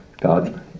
God